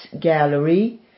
Gallery